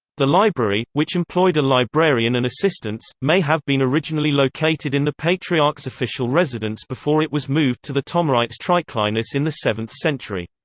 the library, which employed a librarian and assistants, may have been originally located in the patriarch's official residence before it was moved to the thomaites triclinus in the seventh century.